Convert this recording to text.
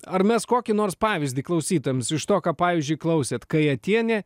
ar mes kokį nors pavyzdį klausytojams iš to ką pavyzdžiui klausėt kajatienė